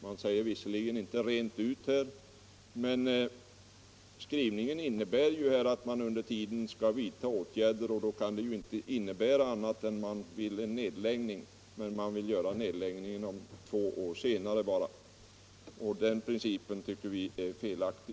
Man säger det visserligen inte rent ut, men skrivningen innebär ju att det under tiden skall vidtas en del åtgärder, och då kan det inte betyda annat än att det skall bli en nedläggning —- man vill bara göra nedläggningen två år senare. Den principen tycker vi är felaktig.